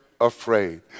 afraid